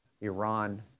iran